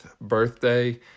birthday